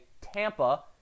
Tampa